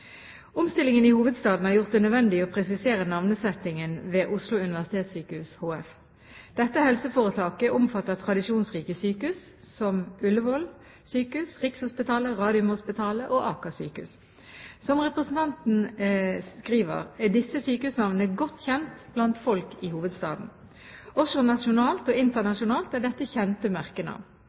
Omstillingen i hovedstaden har gjort det nødvendig å presisere navnsettingen ved Oslo universitetssykehus HF. Dette helseforetaket omfatter tradisjonsrike sykehus som Ullevål sykehus, Rikshospitalet, Radiumhospitalet og Aker sykehus. Som representanten skriver, er disse sykehusnavnene godt kjent blant folk i hovedstaden. Også nasjonalt og internasjonalt er dette kjente